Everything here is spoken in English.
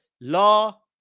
law